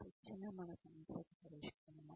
శిక్షణ మన సమస్యకు పరిష్కారమా